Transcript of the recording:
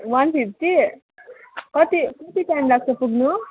one fifty कति कति time लाग्छ पुग्नु